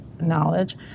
knowledge